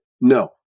no